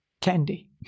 candy